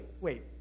wait